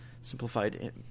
simplified